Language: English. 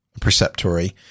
preceptory